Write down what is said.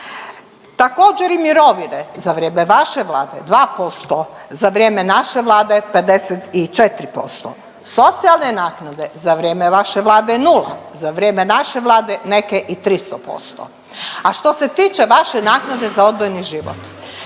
Također i mirovine za vrijeme vaše vlade 2%, za vrijeme naše Vlade 54%. Socijalne naknade za vrijeme vaše vlade nula, za vrijeme naše Vlade neke i 300%. A što se tiče vaše naknade za odvojeni život